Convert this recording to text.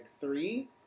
three